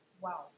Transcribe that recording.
wow